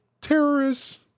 terrorists